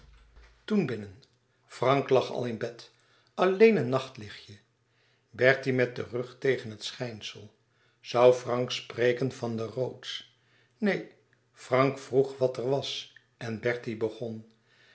toen binnen frank lag al in bed alleen een nachtlichtje bertie met den rug tegen het schijnsel zoû frank spreken van de rhodes neen frank vroeg wat er was en bertie begon